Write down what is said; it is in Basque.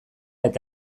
eta